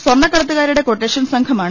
സ്വർണ്ണക്കടത്തുകാരുടെ കിട്ടേഷൻ സംഘമാണ്